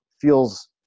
feels